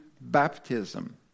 baptism